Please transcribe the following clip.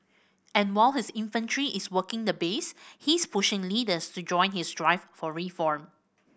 and while his infantry is working the base he's pushing leaders to join his drive for reform